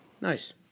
Nice